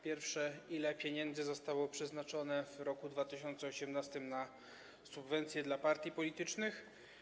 Pierwsze: Ile pieniędzy zostało przeznaczone w roku 2018 na subwencje dla partii politycznych?